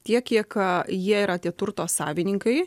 tiek kiek jie yra tie turto savininkai